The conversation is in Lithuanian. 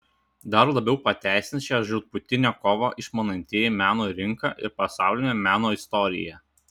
dar labiau pateisins šią žūtbūtinę kovą išmanantieji meno rinką ir pasaulinę meno istoriją